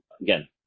again